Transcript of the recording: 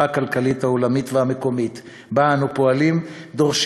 הכלכלית העולמית והמקומית שבה אנו פועלים דורש